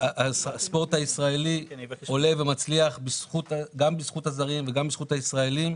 הספורט הישראלי עולה ומצליח גם בזכות הזרים וגם בזכות הישראלים.